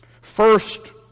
First